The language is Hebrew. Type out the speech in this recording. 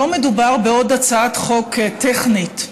לא מדובר בעוד הצעת חוק טכנית.